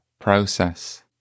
process